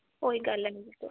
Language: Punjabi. ਕੋਈ ਗੱਲ ਨਹੀਂ ਕੋ